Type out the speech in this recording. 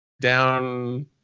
Down